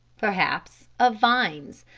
perhaps, of vines.